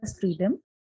Freedom